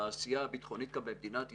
העשייה הביטחונית כאן במדינת ישראל.